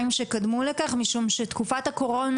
למישהו מחברי הכנסת יש שאלה ספציפית